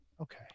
Okay